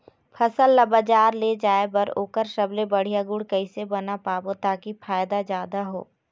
फसल ला बजार ले जाए बार ओकर सबले बढ़िया गुण कैसे बना पाबो ताकि फायदा जादा हो?